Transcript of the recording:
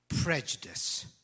prejudice